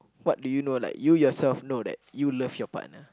what do you know like you yourself know that you love your partner